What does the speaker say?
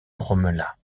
grommela